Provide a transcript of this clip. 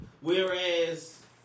Whereas